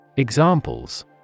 Examples